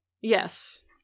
Yes